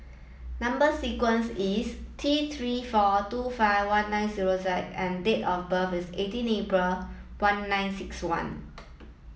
number sequence is T three four two five one nine zero Z and date of birth is eighteen April one nine six one